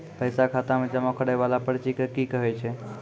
पैसा खाता मे जमा करैय वाला पर्ची के की कहेय छै?